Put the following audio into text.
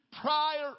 prior